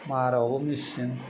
मारायावबो मेचिन